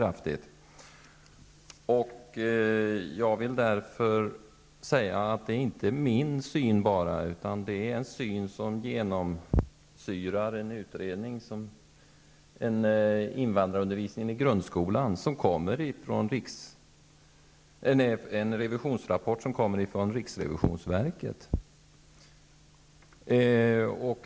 Men detta är inte enbart min syn, utan det är en syn som genomsyrar en utredning om invandrarundervisningen i grundskolan, som är en revisionsrapport från riksrevisionsverket.